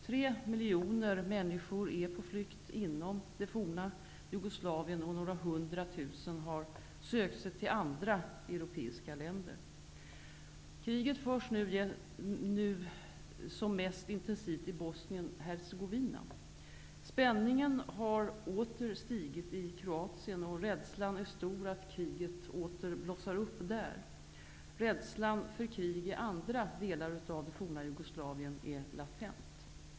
Tre miljoner människor är på flykt inom det forna Jugoslavien, och några hundratusen har sökt sig till andra europeiska län der. Kriget förs nu som mest intensivt i Bosnien Hercegovina. Spänningen har åter stigit i Kroa tien, och rädslan är stor att kriget åter skall blossa upp där. Rädslan för krig i andra delar av det forna Jugoslavien finns latent.